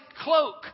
cloak